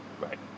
Right